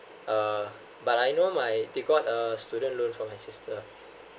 uh but I know my they got a student loan for my sister